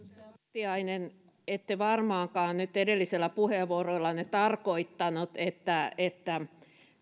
vartiainen ette varmaankaan nyt edellisellä puheenvuorollanne tarkoittanut että